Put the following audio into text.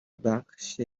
بخش